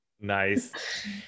Nice